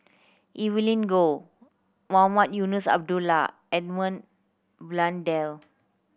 Evelyn Goh Mohamed Eunos Abdullah Edmund Blundell